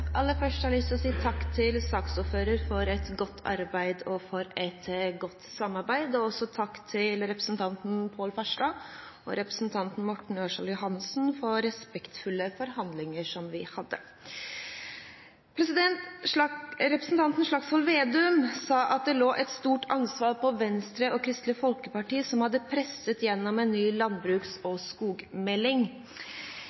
Aller først har jeg lyst til å si takk til saksordføreren for et godt arbeid og for et godt samarbeid. Også takk til representanten Pål Farstad og representanten Morten Ørsal Johansen for de respektfulle forhandlingene vi hadde. Representanten Slagsvold Vedum sa at det lå et stort ansvar på Venstre og Kristelig Folkeparti, som hadde presset gjennom en ny landbruks- og